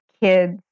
kids